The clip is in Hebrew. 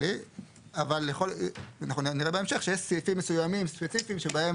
אבל אנחנו נראה בהמשך שיש סעיפים מסוימים ספציפיים שבהם